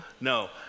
No